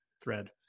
thread